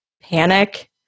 panic